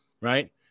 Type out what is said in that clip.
right